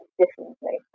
differently